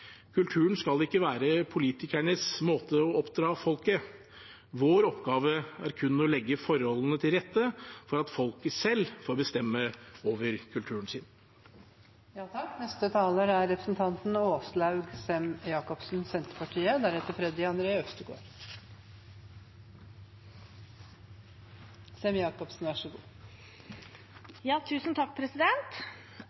kulturen er levedyktig på egen hånd. Helt avslutningsvis: Kulturen skal ikke være politikeres måte å oppdra folket på. Vår oppgave er kun å legge forholdene til rette for at folket selv får bestemme over kulturen